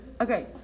Okay